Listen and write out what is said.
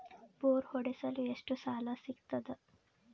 Bore ಹೊಡೆಸಲು ಎಷ್ಟು ಸಾಲ ಸಿಗತದ?